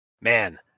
Man